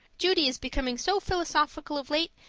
judy is becoming so philosophical of late,